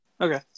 Okay